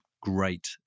great